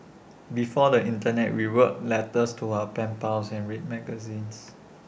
before the Internet we wrote letters to our pen pals and read magazines